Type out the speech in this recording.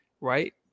Right